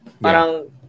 parang